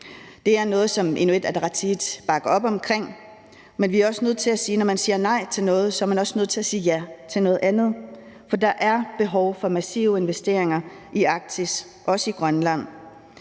bakker op om, men vi er også nødt til at sige, at når man siger nej til noget, er man også nødt til at sige ja til noget andet, for der er behov for massive investeringer i Arktis, også i Grønland.